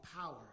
power